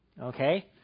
Okay